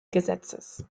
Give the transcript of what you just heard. gesetzes